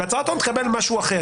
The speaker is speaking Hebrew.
בהצהרת ההון תקבל משהו אחר.